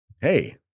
hey